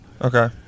Okay